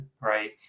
right